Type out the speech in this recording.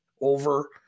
over